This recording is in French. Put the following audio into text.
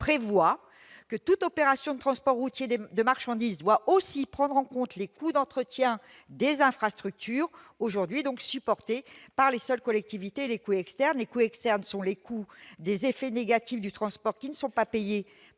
prévoir que toute opération de transport routier de marchandises doit aussi prendre en compte les coûts d'entretien des infrastructures, qui sont aujourd'hui supportés par les seules collectivités, et les coûts externes. Je précise que les coûts externes sont les coûts des effets négatifs du transport qui ne sont pas payés